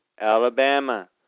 Alabama